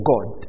God